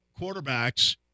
quarterbacks